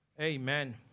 Amen